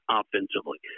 offensively